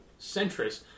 centrist